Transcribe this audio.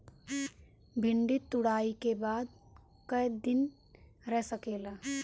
भिन्डी तुड़ायी के बाद क दिन रही सकेला?